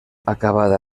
acabada